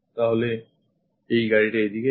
তাহলে গাড়িটা এই দিকে যায়